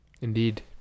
Indeed